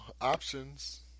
options